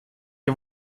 ihr